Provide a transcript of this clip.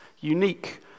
unique